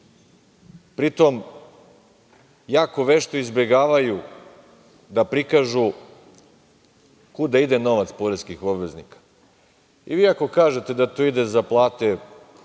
pri tom jako vešto izbegavaju da prikažu kuda ide novac poreskih obveznika. Vi ako kažete da to ide za plate